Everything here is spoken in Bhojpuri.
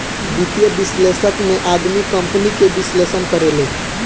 वित्तीय विश्लेषक में आदमी कंपनी के विश्लेषण करेले